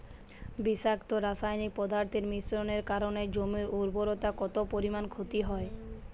বিষাক্ত রাসায়নিক পদার্থের মিশ্রণের কারণে জমির উর্বরতা কত পরিমাণ ক্ষতি হয়?